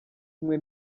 kumwe